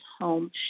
home